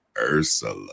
ursula